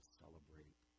celebrate